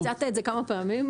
הצעת את זה כמה פעמים.